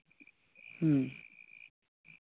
ᱦᱮᱸ